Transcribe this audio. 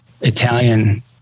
Italian